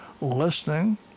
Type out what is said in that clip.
listening